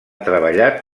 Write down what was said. treballat